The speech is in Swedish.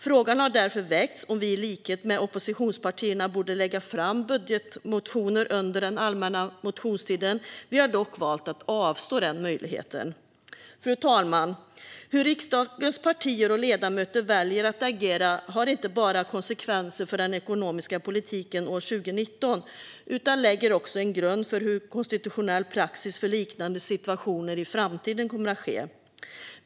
Frågan har därför väckts om vi i likhet med oppositionspartierna borde ha lagt fram en budgetmotion under den allmänna motionstiden. Vi valde dock att avstå från den möjligheten. Fru talman! Hur riksdagens partier och ledamöter väljer att agera får inte bara konsekvenser för den ekonomiska politiken år 2019 utan lägger också grund för konstitutionell praxis i liknande situationer i framtiden.